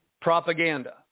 Propaganda